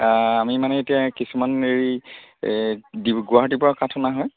আমি মানে এতিয়া কিছুমান হেৰি ডি গুৱাহাটীৰ পৰা কাঠ অনা হয়